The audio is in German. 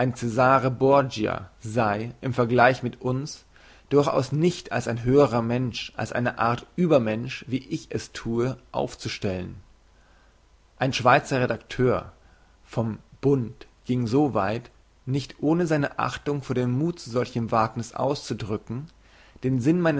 sei im vergleich mit uns durchaus nicht als ein höherer mensch als eine art übermensch wie ich es thue aufzustellen ein schweizer redakteur vom bund gieng so weit nicht ohne seine achtung vor dem muth zu solchem wagniss auszudrücken den sinn